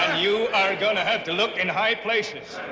ah you are going to have to look in high places!